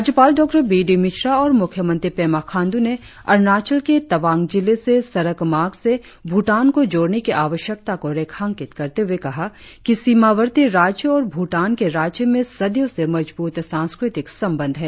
राज्यपाल डॉ B D Mishra और मुख्यमंत्री पेमा खांड् ने अरुणाचल के तवांग जिले से सड़क मार्ग से भूटान को जोड़ने की आवश्यकता को रेखांकित करते हुए कहा कि सीमावर्ती राज्य और भूटान के राज्य में सदियों से मजबूत सांस्कृतिक संबंध है